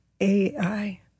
Ai